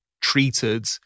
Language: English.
treated